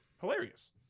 Hilarious